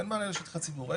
אין שטחי ציבור,